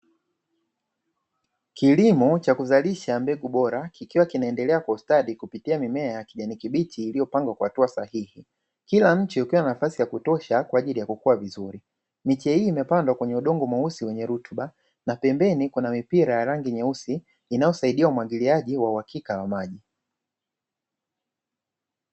Kilimo cha kuzarisha mbegu bora ,kikiwa kinaendelea kustadi kupitia mimea ya kijani kibichi iliyopangwa kwa hatua sahihi . Kila mche ukiwa na nafasi ya kutosha kwaajili ya kukua vizuri. Miche hii imepandwa kwenye udongo mweusi wenye rutuba na pembeni kuna mipira ya rangi nyeusi inayosaidia umwagiliaji wa uhakika wa maji.